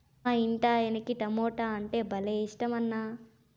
మా ఇంటాయనకి టమోటా అంటే భలే ఇట్టమన్నా